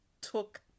took